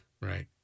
Right